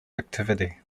activity